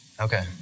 Okay